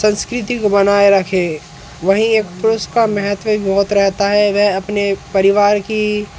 संस्कृति को बनाए रखे वहीं एक पुरुष का महत्व भी बहुत रहता है वह अपने परिवार की